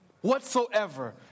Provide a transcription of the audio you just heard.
whatsoever